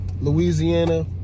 Louisiana